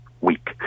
week